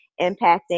impacting